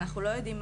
אנחנו לא יודעים,